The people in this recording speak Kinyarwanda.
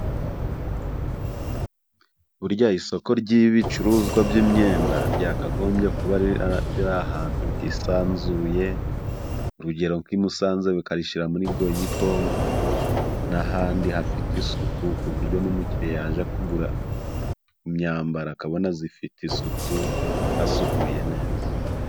Burya isoko ry'ibicuruzwa by'imyenda ryakagombye kuba ahantu hisanzuye, urugero nk'i Musanze bakarishira muri Goyiko n'ahandi hafite isuku, ku buryo n'umukire yaje kugura imyambaro akabona ifite isuku hasukuye neza.